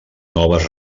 noves